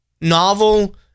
novel